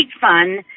fun